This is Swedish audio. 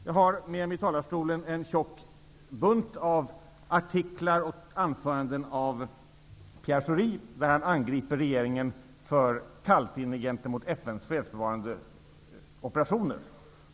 Jag har med mig i talarstolen en tjock bunt med artiklar och anföranden av Pierre Schori där han angriper regeringen för kallsinne gentemot FN:s fredsbevarande operationer.